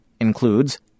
Includes